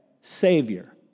Savior